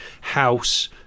house